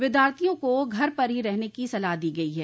विद्यार्थियों को घर पर ही रहने की सलाह दी गई है